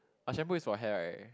but shampoo is for hair right